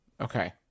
Okay